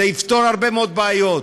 זה יפתור הרבה מאוד בעיות,